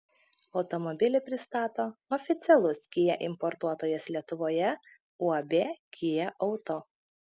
automobilį pristato oficialus kia importuotojas lietuvoje uab kia auto